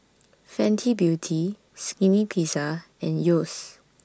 Fenty Beauty Skinny Pizza and Yeo's